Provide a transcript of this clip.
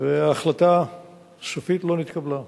והחלטה סופית לא נתקבלה.